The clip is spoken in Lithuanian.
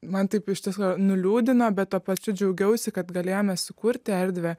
man taip iš tiesų nuliūdino bet tuo pačiu džiaugiausi kad galėjome sukurti erdvę